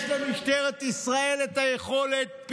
יש למשטרת ישראל את היכולת,